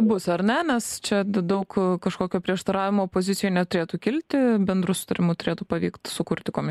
bus ar ne nes čia daug kažkokio prieštaravimo opozicijoj neturėtų kilti bendru sutarimu turėtų pavykt sukurti komi